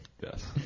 Yes